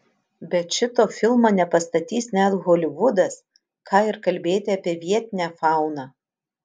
bet šito filmo nepastatys net holivudas ką ir kalbėti apie vietinę fauną